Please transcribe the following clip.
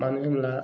मानो होनब्ला